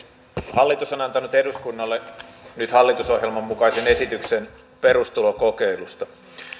hallitus on antanut eduskunnalle nyt hallitusohjelman mukaisen esityksen perustulokokeilusta